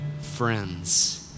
friends